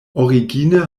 origine